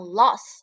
loss